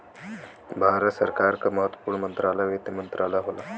भारत सरकार क महत्वपूर्ण मंत्रालय वित्त मंत्रालय होला